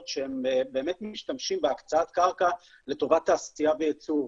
שהם באמת משתמשים בהקצאת קרקע לטובת תעשייה וייצור.